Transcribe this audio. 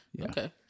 okay